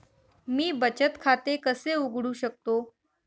मी बचत खाते कसे उघडू शकतो?